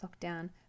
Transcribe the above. lockdown